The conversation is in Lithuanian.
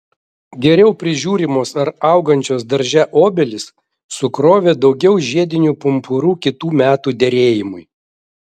geriau prižiūrimos ar augančios darže obelys sukrovė daugiau žiedinių pumpurų kitų metų derėjimui